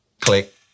click